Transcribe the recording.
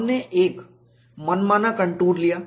हमने एक मनमाना कंटूर लिया